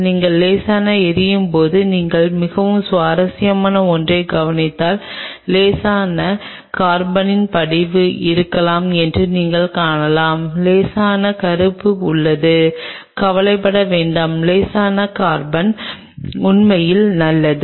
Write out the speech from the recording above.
நீங்கள் லேசான எரியும் போது நீங்கள் மிகவும் சுவாரஸ்யமான ஒன்றைக் கவனித்தால் லேசான லேசான கார்பனின் படிவு இருக்கலாம் என்று நீங்கள் காணலாம் லேசான லேசான கறுப்பு உள்ளது கவலைப்பட வேண்டாம் லேசான கார்பன் உண்மையில் நல்லது